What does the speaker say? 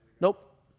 Nope